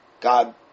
God